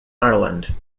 ireland